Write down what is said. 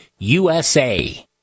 USA